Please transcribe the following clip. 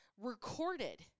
recorded